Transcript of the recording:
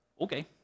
okay